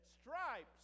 stripes